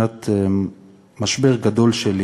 שנת משבר גדול שלי,